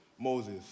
Moses